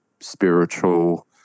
spiritual